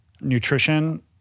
nutrition